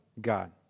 God